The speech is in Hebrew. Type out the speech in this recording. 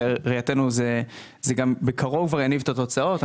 ובראייתנו זה גם בקרוב יניב את התוצאות.